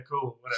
cool